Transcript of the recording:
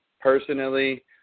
Personally